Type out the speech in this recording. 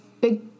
big